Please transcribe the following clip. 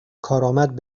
کارآمد